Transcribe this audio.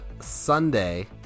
Sunday